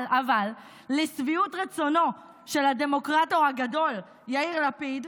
אבל לשביעות רצונו של הדמוקרטור הגדול יאיר לפיד,